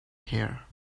here